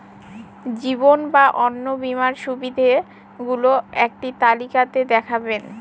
জীবন বা অন্ন বীমার সুবিধে গুলো একটি তালিকা তে দেখাবেন?